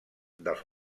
dels